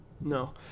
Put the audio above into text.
No